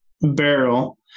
barrel